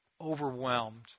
overwhelmed